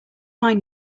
mine